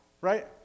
right